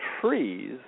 trees